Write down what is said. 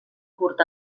curt